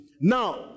Now